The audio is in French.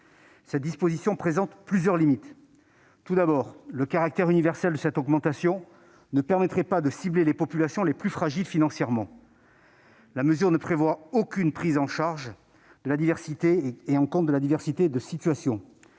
Cette disposition présente plusieurs limites. Tout d'abord, le caractère universel de cette augmentation ne permettrait pas de cibler les populations les plus fragiles financièrement ; la mesure ne prévoit aucune prise en compte de la diversité des situations.